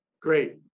Great